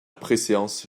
préséance